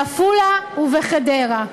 בעפולה ובחדרה.